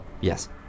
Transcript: Yes